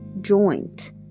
joint